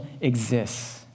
exists